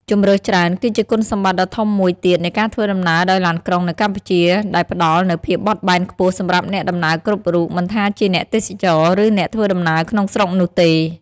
ជម្រើសច្រើន គឺជាគុណសម្បត្តិដ៏ធំមួយទៀតនៃការធ្វើដំណើរដោយឡានក្រុងនៅកម្ពុជា ដែលផ្តល់នូវភាពបត់បែនខ្ពស់សម្រាប់អ្នកដំណើរគ្រប់រូប មិនថាជាអ្នកទេសចរ ឬអ្នកធ្វើដំណើរក្នុងស្រុកនោះទេ។